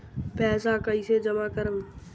पैसा कईसे जामा करम?